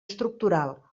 estructural